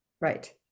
Right